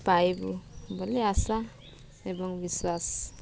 ପାଇବୁ ବୋଲି ଆଶା ଏବଂ ବିଶ୍ୱାସ